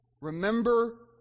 remember